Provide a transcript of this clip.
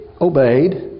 obeyed